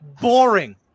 boring